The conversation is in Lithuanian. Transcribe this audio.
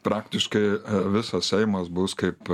praktiškai visas seimas bus kaip